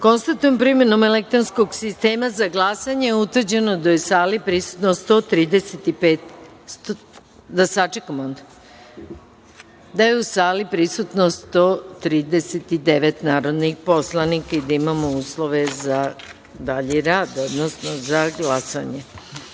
da je primenom elektronskog sistema za glasanje utvrđeno da je u sali prisutno 139 narodnih poslanika i da imamo uslove za dalji rad, odnosno za glasanje. Stavljam